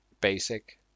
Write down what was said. basic